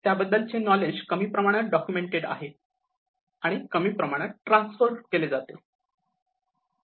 त्याबद्दलचे नॉलेज कमी प्रमाणात डॉक्युमेंट आहे आणि कमी प्रमाणात ट्रान्सफर केले जाते